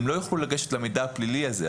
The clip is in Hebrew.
הם לא יכלו לגשת למידע הפלילי הזה.